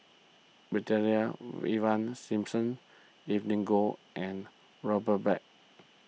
Brigadier Ivan Simson Evelyn Goh and Robert Black